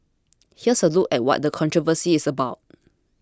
here's a look at what the controversy is about